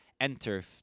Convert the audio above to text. enter